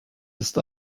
ist